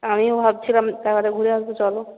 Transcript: আমিও ভাবছিলাম তাহলে ঘুরে আসব চল